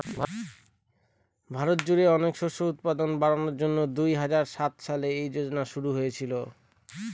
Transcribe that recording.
ভারত জুড়ে অনেক শস্যের উৎপাদন বাড়ানোর জন্যে দুই হাজার সাত সালে এই যোজনা শুরু হয়েছিল